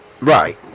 Right